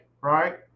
right